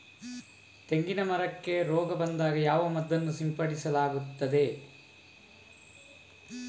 ತೆಂಗಿನ ಮರಕ್ಕೆ ರೋಗ ಬಂದಾಗ ಯಾವ ಮದ್ದನ್ನು ಸಿಂಪಡಿಸಲಾಗುತ್ತದೆ?